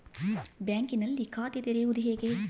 ಬ್ಯಾಂಕಿನಲ್ಲಿ ಖಾತೆ ತೆರೆಯುವುದು ಹೇಗೆ?